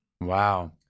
Wow